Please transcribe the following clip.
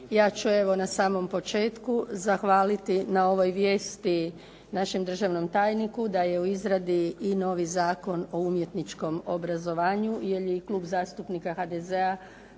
Ja ću evo na samom početku zahvaliti na ovoj vijesti našem državnom tajniku da je u izradi i novi Zakon o umjetničkom obrazovanju jer je i Klub zastupnika HDZ-a